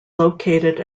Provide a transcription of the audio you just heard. located